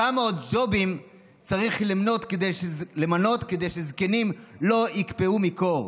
כמה עוד ג'ובים צריך למנות כדי שזקנים לא יקפאו מקור?